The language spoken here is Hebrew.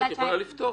את יכולה לפתוח אותו.